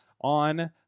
on